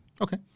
Okay